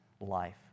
life